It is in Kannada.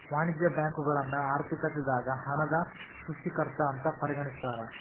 ವಾಣಿಜ್ಯ ಬ್ಯಾಂಕುಗಳನ್ನ ಆರ್ಥಿಕತೆದಾಗ ಹಣದ ಸೃಷ್ಟಿಕರ್ತ ಅಂತ ಪರಿಗಣಿಸ್ತಾರ